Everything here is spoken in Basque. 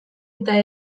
eta